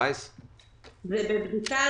זה בבדיקה.